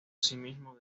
asimismo